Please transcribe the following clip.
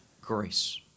grace